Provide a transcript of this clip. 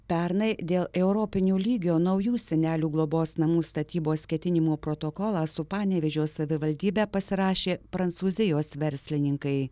pernai dėl europinio lygio naujų senelių globos namų statybos ketinimų protokolą su panevėžio savivaldybe pasirašė prancūzijos verslininkai